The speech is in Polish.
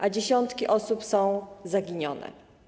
A dziesiątki osób są zaginione.